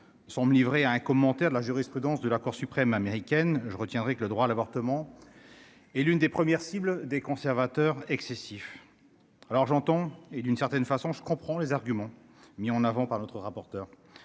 sont me livrer à un commentaire de la jurisprudence de la Cour suprême américaine je retiendrai que le droit à l'avortement et l'une des premières cibles des conservateurs excessif, alors j'entends, et d'une certaine façon, je comprends les arguments mis en avant par notre rapporteur,